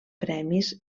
premis